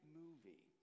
movie